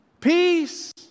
Peace